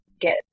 get